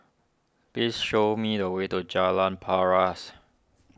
please show me the way to Jalan Paras